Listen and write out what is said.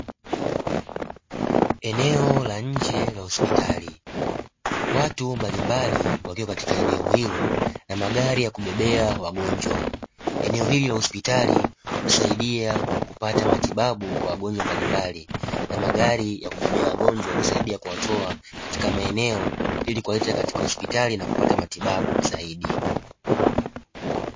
Eneo la nje la hospitali watu mbalimbali wakiwa katika eneo hilo na magari ya kubebea wagonjwa, eneo hili la hospitali husaidia kupata matibabu kwa wagonjwa mbalimbali na magari ya kubebea wagonjwa, husaidia kuwatoa katika maeneo ili kuwaleta katika hospitali na kupata matibabu zaidi.